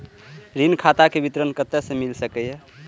ऋण खाता के विवरण कते से मिल सकै ये?